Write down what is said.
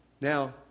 Now